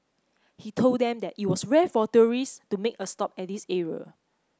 he told them that it was rare for tourists to make a stop at this area